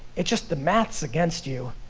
it's just the math's against you.